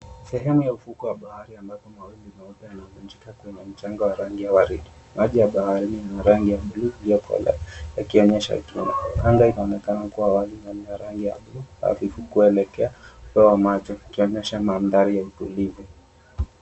Sehemu ya ufukwe wa bahari ambapo mawimbi meupe yanavunjika kwenye mchanga wa rangi ya waridi. Maji ya baharini yana rangi ya buluu iliyokolea yakionyesha utulivu. Anga inaonekana kuwa wazi na ina rangi ya buluu hafifu kuelekea upeo wa macho kukionyesha mandhari ya utulivu.